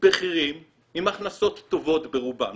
בכירים עם הכנסות טובות ברובם,